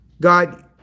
God